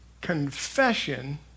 confession